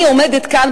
אני עומדת כאן,